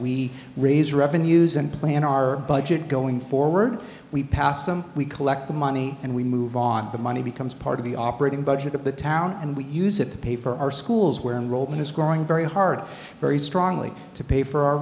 we raise revenues and plan our budget going forward we pass them we collect the money and we move on the money becomes part of the operating budget of the town and we use it to pay for our schools where roldan is growing very hard very strongly to pay for our